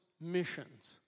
missions